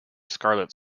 scarlet